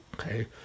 Okay